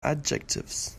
adjectives